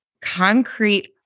concrete